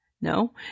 no